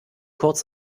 kurz